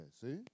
see